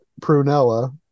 Prunella